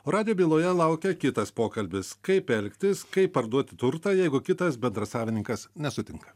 o radijo byloje laukia kitas pokalbis kaip elgtis kaip parduoti turtą jeigu kitas bendrasavininkas nesutinka